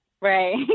Right